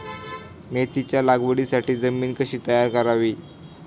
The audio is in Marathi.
मेथीच्या लागवडीसाठी जमीन कशी तयार करावी?